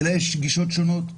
יש גישות שונות לנושא.